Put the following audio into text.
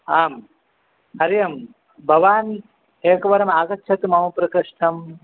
आं हरि ओं भवान् एकवारमागच्छतु मम प्रकोष्ठं